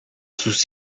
sus